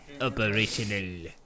operational